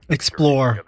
Explore